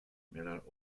miller